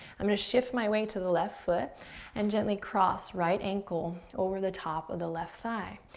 i'm gonna shift my weight to the left foot and gently cross right ankle over the top of the left thigh.